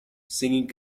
singing